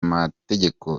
mategeko